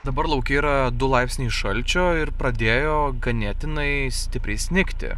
dabar lauke yra du laipsniai šalčio ir pradėjo ganėtinai stipriai snigti